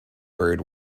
bird